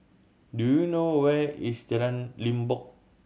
do you know where is Jalan Limbok